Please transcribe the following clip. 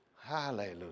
Hallelujah